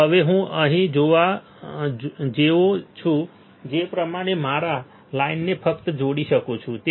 તો હવે હું અહીં જોવો છો તે પ્રમાણે મારે આ લાઇનોને ફક્ત જોડી શકું છું